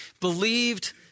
believed